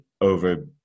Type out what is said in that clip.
over